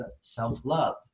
self-love